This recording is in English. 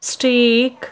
steak